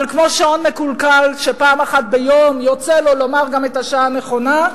אבל כמו שעון מקולקל שפעם אחת ביום יוצא לו לומר גם את השעה הנכונה,